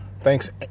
Thanks